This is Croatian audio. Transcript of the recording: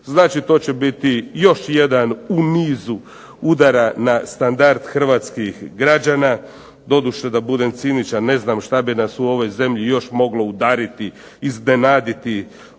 Znači to će biti još jedan u nizu udara na standard hrvatskih građana. doduše da budem ciničan ne znam što bi nas u ovoj zemlji još moglo udariti, iznenaditi kada